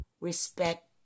respect